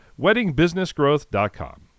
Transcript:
WeddingBusinessGrowth.com